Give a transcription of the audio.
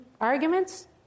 arguments